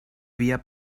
via